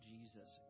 Jesus